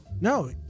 No